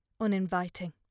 uninviting